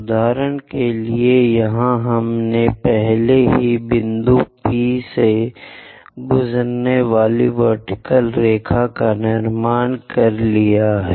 उदाहरण के लिए यहाँ हमने पहले ही बिंदु P से गुजरने वाली एक वर्टीकल रेखा का निर्माण कर लिया है